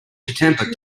temper